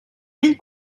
ell